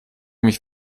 mich